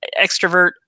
extrovert